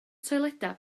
toiledau